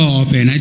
open